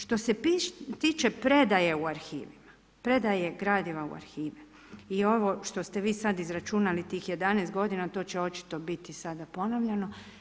Što se tiče predaje u arhivima, predaje gradiva u arhivima i ovo što ste vi sad izračunali tih 11 godina to će očito biti sada ponovljeno.